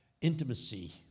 Intimacy